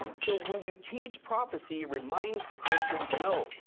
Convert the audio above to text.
so, when you teach prophecy it reminds the christian, no.